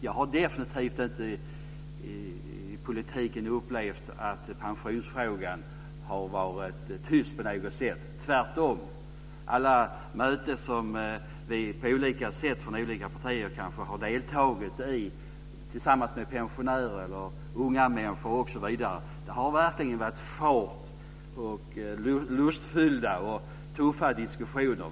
Jag har definitivt inte i politiken upplevt att man i pensionsfrågan har varit tyst på något sätt. Tvärtom, på alla de möten som vi från olika partier på olika sätt har deltagit i tillsammans med pensionärer eller unga människor har det verkligen varit fart. Det har varit lustfyllda och tuffa diskussioner.